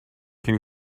can